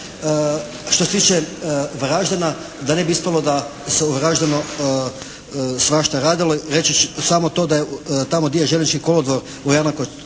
Što se tiče Varaždina da ne bi ispalo da se u Varaždinu svašta radilo reći ću samo to da tamo gdje je željeznički kolodvor, u …/Govornik